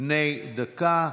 בני דקה.